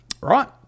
right